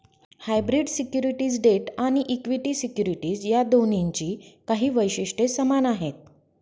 hybrid securities debt आणि equity securities या दोन्हींची काही वैशिष्ट्ये समान आहेत